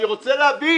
אני רוצה להבין.